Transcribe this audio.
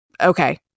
Okay